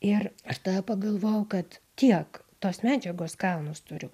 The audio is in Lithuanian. ir aš tada pagalvojau kad tiek tos medžiagos kalnus turiu